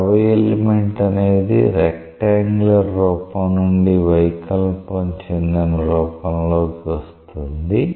ద్రవ ఎలిమెంట్ అనేది రెక్టాంగ్యులర్ రూపం నుండి వైకల్పం చెందిన రూపంలోకి వస్తోంది